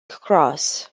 cross